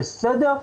בסדר,